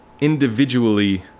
individually